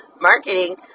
marketing